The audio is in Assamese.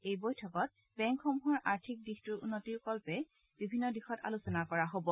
এই বৈঠকত বেংকসমূহৰ আৰ্থিক দিশটোৰ উন্নতি কল্পে বিভিন্ন দিশত আলোচনা কৰা হ'ব